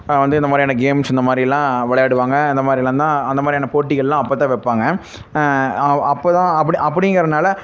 வந்து இந்த மாதிரியான கேம்ஸ் இந்த மாதிரி எல்லாம் விளையாடுவாங்க அந்த மாதிரி எல்லாம் தான் அந்த மாதிரியான போட்டிகள்லாம் அப்பதான் வைப்பாங்க அப்போ தான் அப்படி அப்பிடிங்கிறதுனால